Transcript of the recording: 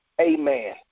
Amen